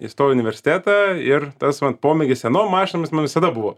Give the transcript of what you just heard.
įstojau į universitetą ir tas man pomėgis senom mašinom jis man visada buvo